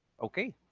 okay,